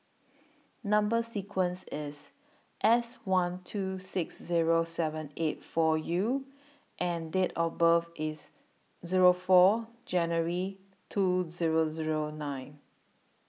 Number sequence IS S one two six Zero seven eight four U and Date of birth IS Zero four January two Zero Zero nine